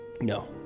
No